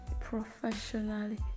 professionally